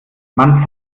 man